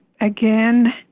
again